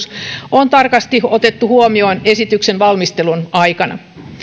on tarkasti otettu huomioon esityksen valmistelun aikana